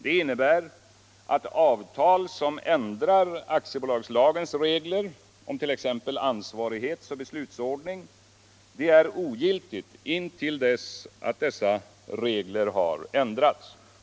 Det innebär att avtal som ändrar aktiebolagslagens regler om t.ex. ansvarighet och beslutsordning är ogiltigt tills dessa regler ändrats.